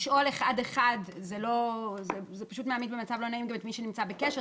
לשאול אחד אחד זה פשוט מעמיד במצב לא נעים גם את מי שנמצא בקשר,